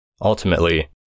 ultimately